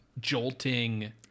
jolting